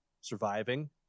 surviving